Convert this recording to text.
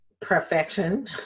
perfection